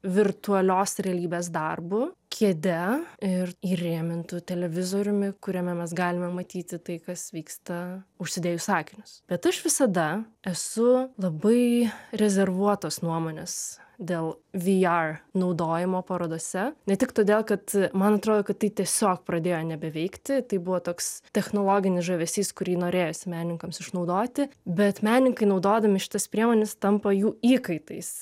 virtualios realybės darbu kėde ir įrėmintu televizoriumi kuriame mes galime matyti tai kas vyksta užsidėjus akinius bet aš visada esu labai rezervuotos nuomonės dėl vy air naudojimo parodose ne tik todėl kad man atrodo kad tai tiesiog pradėjo nebeveikti tai buvo toks technologinis žavesys kurį norėjosi menininkams išnaudoti bet menininkai naudodami šitas priemones tampa jų įkaitais